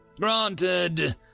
Granted